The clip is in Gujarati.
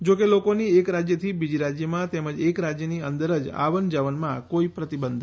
જો કે લોકોની એક રાજ્યથી બીજી રાજ્યમાં તેમજ એક રાજ્યની અંદર જ આવન જાવનમાં કોઇ પ્રતિબંધ નથી